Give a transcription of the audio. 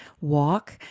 walk